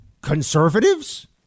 conservatives